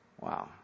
wow